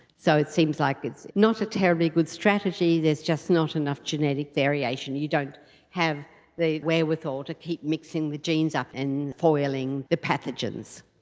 so it seems like it's not a terribly good strategy, there's just not enough genetic variation, you don't have the wherewithal to keep mixing the genes up and foiling the pathogens.